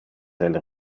del